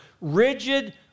rigid